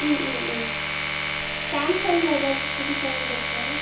ம் ம் ம் சாம்சங்கில் ஏதாச்சும் புதுசாக வந்திருக்கா